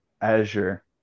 Azure